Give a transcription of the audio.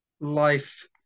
life